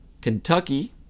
Kentucky